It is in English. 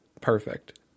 Perfect